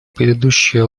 предыдущее